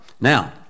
Now